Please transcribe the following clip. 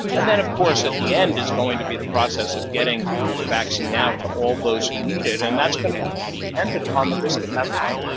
and then, of course, at the end is going to be the process of getting the vaccine out to all those who need it, and that's going to need to be dependent upon the risk at that time.